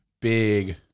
Big